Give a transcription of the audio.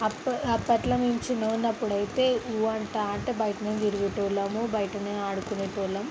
అప్ప అప్పట్లో నేను చిన్నగా ఉన్నప్పుడు అయితే ఊ అంటే ఆ అంటే బయటనే తిరిగేటోళ్ళము బయటనే ఆడుకునేటోళ్ళం